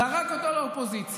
זרק אותו לאופוזיציה,